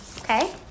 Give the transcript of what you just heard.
Okay